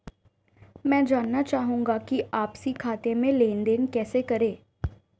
मैं जानना चाहूँगा कि आपसी खाते में लेनदेन कैसे करें?